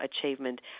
achievement